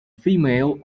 female